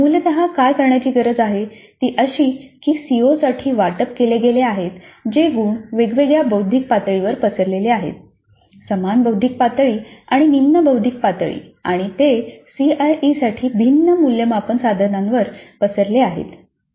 तर मूलतः काय करण्याची गरज आहे ती अशी की सीओसाठी वाटप केले गेले आहेत जे गुण वेगवेगळ्या बौद्धिक पातळीवर पसरलेले आहेत समान बौद्धिक पातळी आणि निम्न बौद्धिक पातळी आणि ते सीआयईसाठी भिन्न मूल्यमापन साधनांवर पसरलेले आहेत